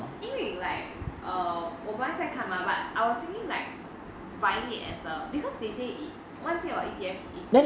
因为 like err 我本来在看吗 but I was thinking like buying it as a because they say it one thing about E_T_F is it